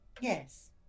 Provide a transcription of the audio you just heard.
Yes